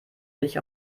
sich